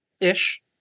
ish